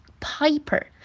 Piper